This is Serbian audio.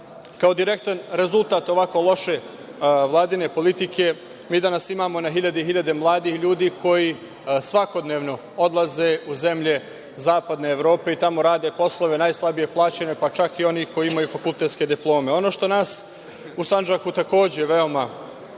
Kao direktan rezultat ovako loše Vladine politike, mi danas imamo na hiljade i hiljade mladih ljudi koji svakodnevno odlaze u zemlje zapadne Evrope i tamo rade poslove najslabije plaćene, pa čak i oni koji imaju fakultetske diplome. Ono što nas u Sandžaku takođe veoma